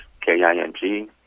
K-I-N-G